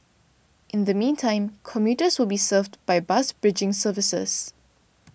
in the meantime commuters will be served by bus bridging services